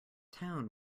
town